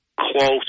close